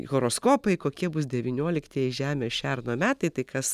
horoskopai kokie bus devynioliktieji žemės šerno metai tai kas